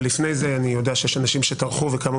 אבל לפני זה אני יודע שיש אנשים שטרחו וקמו